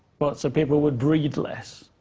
but so people would breed less?